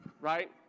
right